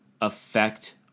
affect